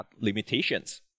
limitations